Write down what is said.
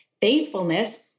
faithfulness